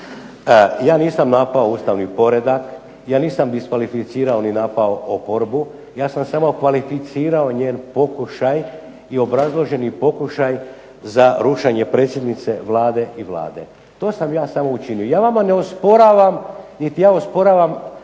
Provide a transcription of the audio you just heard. Ja nisam napao ustavni poredak, ja nisam diskvalificirao ni napao oporbu ja sam samo kvalificirao njen pokušaj i obrazloženi pokušaj za rušenje predsjednice Vlade i Vlade. To sam ja samo učinio. Ja vama ne osporavam niti ja osporavam,